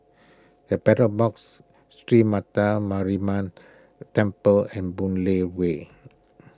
the Battle Box Sree Mata Mariamman Temple and Boon Lay Way